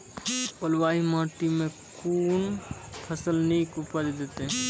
बलूआही माटि मे कून फसल नीक उपज देतै?